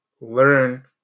learn